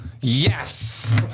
Yes